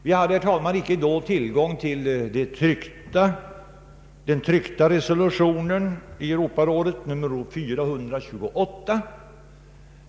Vi hade, herr talman, då inte tillgång till den tryckta resolutionen i Europarådet, nr 428.